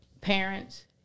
Parents